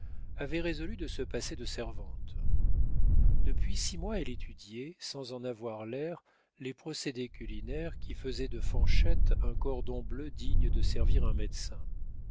avait résolu de se passer de servante depuis six mois elle étudiait sans en avoir l'air les procédés culinaires qui faisaient de fanchette un cordon bleu digne de servir un médecin